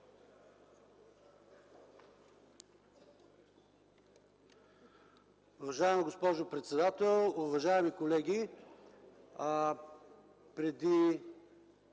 Уважаеми господин председател, уважаеми колеги,